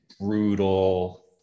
brutal